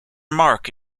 marc